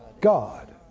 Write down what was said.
God